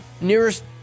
nearest